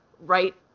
right